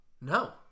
no